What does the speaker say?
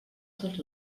tot